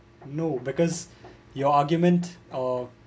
no because your argument uh